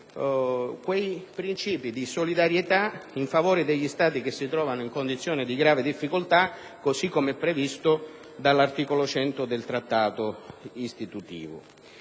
quei princìpi di solidarietà in favore degli Stati che si trovano in situazioni di grave difficoltà, così come previsto dell'articolo 100 del suo Trattato istituivo.